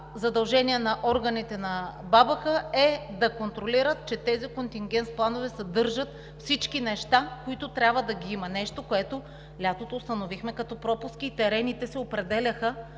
безопасност на храните е да контролират, че тези контингенс планове съдържат всички неща, които трябва да има – нещо, което лятото установихме като пропуски и терените се определяха